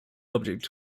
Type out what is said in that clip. object